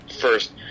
first